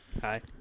Hi